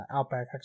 Outback